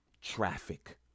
Traffic